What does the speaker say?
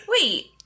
Wait